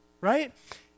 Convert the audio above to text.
Right